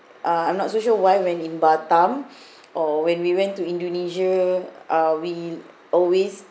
uh I'm not so sure why when in batam or when we went to indonesia uh we always